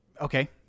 okay